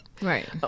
Right